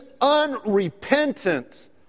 unrepentant